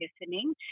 listening